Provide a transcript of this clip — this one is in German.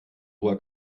hoher